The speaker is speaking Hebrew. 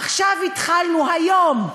עכשיו התחלנו, היום,